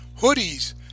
hoodies